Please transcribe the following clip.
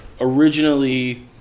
originally